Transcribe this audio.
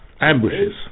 ambushes